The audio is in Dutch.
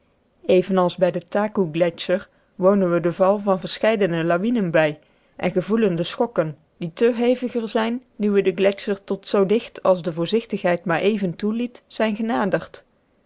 als bij den takoe gletscher wonen we den val van verscheiden lawinen bij en gevoelen de schokken die te heviger zijn nu we den gletscher tot zoo dicht als de voorzichtigheid maar even toeliet zijn